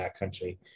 backcountry